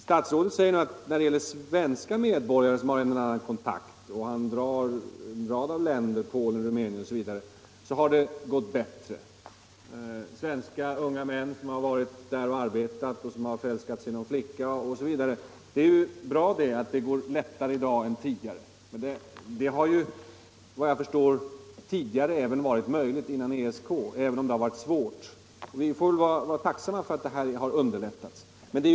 Statsrådet säger att när det gäller svenska medborgare som har haft en eller annan kontakt i något av en rad länder, som statsrådet anger, har det gått bättre. Det har gällt svenska unga män som arbetat i landet och som har förälskat sig i någon flicka osv. Det är ju bra att det går lättare än tidigare att återförena i sådana fall. Men detta har såvitt jag förstår varit möjligt även före tillkomsten av ESK, även om det varit svårt. Vi får väl vara tacksamma för att återförening i dessa fall nu har underlättats.